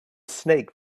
snake